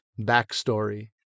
backstory